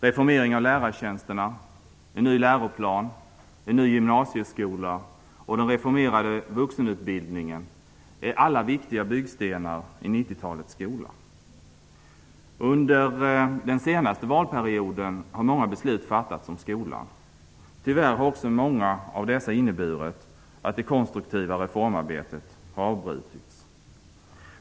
Reformering av lärartjänsterna, en ny läroplan, en ny gymnasieskola och den reformerade vuxenutbildningen är alla viktiga byggstenar i 90 Under den senaste valperioden har många beslut fattats om skolan. Tyvärr har också många av dessa inneburit att det konstruktiva reformarbetet har avbrutits.